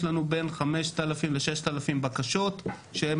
יש לנו בין 5,000 ל-6,000 בקשות שהם